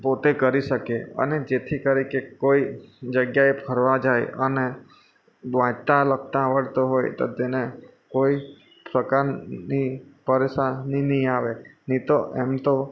પોતે કરી શકે અને જેથી કરી કે કોઈ જગ્યાએ ફરવા જાય અને વાંચતા લખતાં આવડતું હોય તો તેને કોઈ પ્રકારની પરેશાની નહીં આવે નહીં તો એમ તો